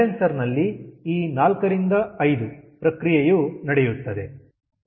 condenser ನಲ್ಲಿ ಈ 4 ರಿಂದ 5 ಪ್ರಕ್ರಿಯೆಯು ನಡೆಯುತ್ತದೆ